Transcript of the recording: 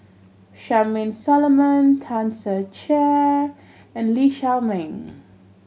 Charmaine Solomon Tan Ser Cher and Lee Shao Meng